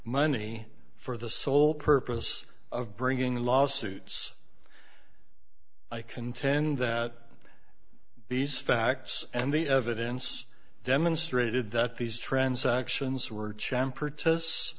money for the sole purpose of bringing lawsuits i contend that these facts and the evidence demonstrated that these transactions were champ purchase